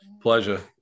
pleasure